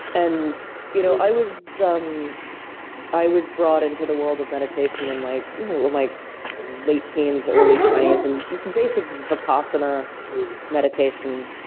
and you know i was um i was brought into the world of meditation in my my late teens, early twenty s and just basic vipassana meditation,